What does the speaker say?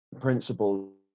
principles